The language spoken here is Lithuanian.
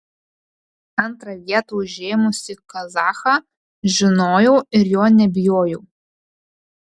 antrą vietą užėmusį kazachą žinojau ir jo nebijojau